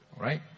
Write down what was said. right